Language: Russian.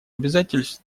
обязательств